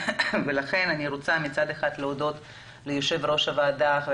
לכן מצד אחד אני רוצה להודות ליושב-ראש הוועדה חבר